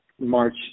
March